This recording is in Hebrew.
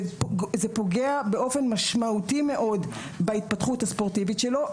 זה פוגע באופן משמעותי בהתפתחות שלו.